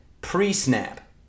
pre-snap